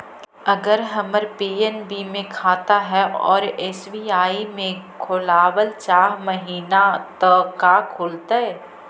अगर हमर पी.एन.बी मे खाता है और एस.बी.आई में खोलाबल चाह महिना त का खुलतै?